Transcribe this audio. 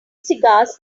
cigars